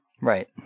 right